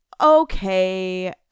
okay